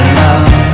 love